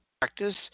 practice